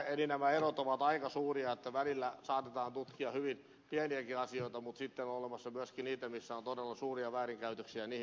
eli nämä erot ovat aika suuria että välillä saatetaan tutkia hyvin pieniäkin asioita mutta sitten on olemassa myöskin niitä missä on todella suuria väärinkäytöksiä ja niihin pitää keskittyä